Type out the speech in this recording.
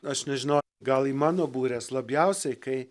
aš nežinau gal į mano bures labiausiai kai